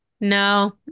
No